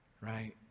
right